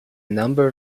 number